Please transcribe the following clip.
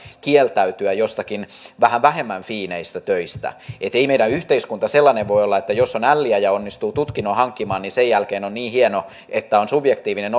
kieltäytyä jostakin vähän vähemmän fiineistä töistä ei meidän yhteiskunta sellainen voi olla että jos on älliä ja onnistuu tutkinnon hankkimaan niin sen jälkeen on on niin hieno että on subjektiivinen